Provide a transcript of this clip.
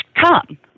come